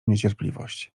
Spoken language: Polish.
niecierpliwość